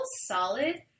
solid